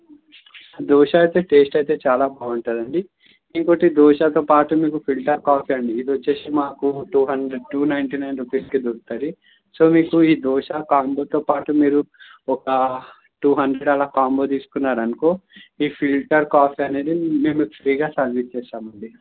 దోశ అయితే టేస్ట్ అయితే చాలా బాగుంటదండి ఇంకోకటి దోశాతో పాటు మీకు ఫిల్టర్ కాఫీ అండి ఇదొచ్చేసి మాకు two hundred two ninety nine రుపీస్కే దొరుకుతది సో మీకు ఈ దోశ కాంబోతో పాటు మీరు ఒక టూ హండ్రెడ్ అలా కాంబో తీసుకున్నారనుకో ఈ ఫిల్టర్ కాఫీ అనేది మేము ఫ్రీగా సర్విస్ చేస్తామండి